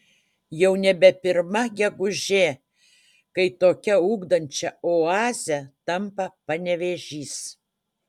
jau nebe pirma gegužė kai tokia ugdančia oaze tampa panevėžys